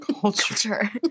culture